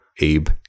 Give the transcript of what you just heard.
Abe